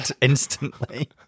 instantly